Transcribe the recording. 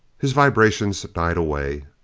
his vibrations died away.